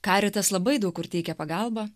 caritas labai daug kur teikia pagalbą